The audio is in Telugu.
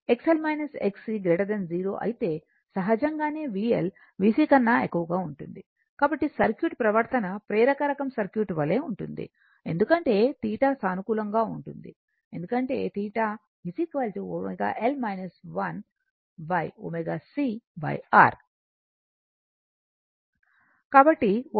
XL Xc 0 అయితే సహజంగానే VL VC కన్నా ఎక్కువగా ఉంటుంది కాబట్టి సర్క్యూట్ ప్రవర్తన ప్రేరక రకం సర్క్యూట్ వలే ఉంటుంది ఎందుకంటే θ సానుకూలంగా ఉంటుంది ఎందుకంటే θ ω L 1ω c R